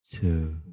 Two